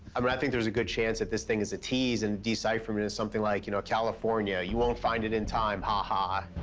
i mean, i think there's a good chance that this thing is a tease and the decipherment is something like, you know, california, you won't find it in time. ha-ha.